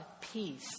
peace